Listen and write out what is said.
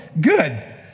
Good